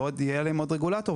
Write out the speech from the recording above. ויהיה עליהם עוד רגולטור,